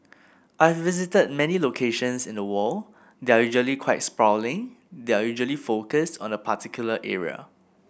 I've visited many locations in the world they're usually quite sprawling they're usually focused on a particular area